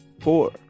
four